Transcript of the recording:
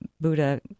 Buddha